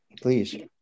Please